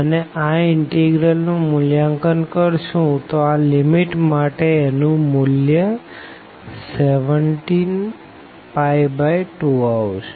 અને આ ઇનટેગ્ર્લનું મૂલ્યાંકન કરશું તો આ લીમીટ માટે એનું મૂલ્ય 172 આવશે